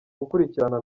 gukurikirana